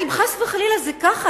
אם חס וחלילה זה ככה,